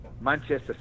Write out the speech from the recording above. Manchester